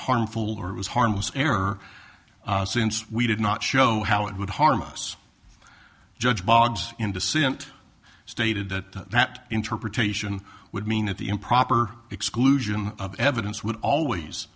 harmful or was harmless error since we did not show how it would harm us judge bogs in dissent stated that that interpretation would mean that the improper exclusion of evidence would always